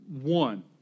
one